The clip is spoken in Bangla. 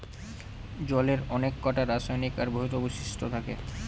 জলের অনেককটা রাসায়নিক আর ভৌত বৈশিষ্ট্য থাকে